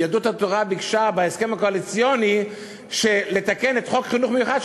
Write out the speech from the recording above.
כי יהדות התורה ביקשה בהסכם הקואליציוני לתקן את חוק חינוך מיוחד,